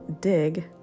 dig